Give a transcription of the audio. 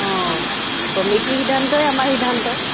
অঁ কমিটীৰ সিদ্ধান্তই আমাৰ সিদ্ধান্ত